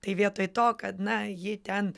tai vietoj to kad na ji ten